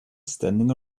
standing